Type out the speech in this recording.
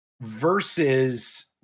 versus